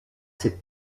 cette